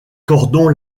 cordon